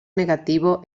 negativo